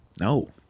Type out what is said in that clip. No